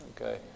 Okay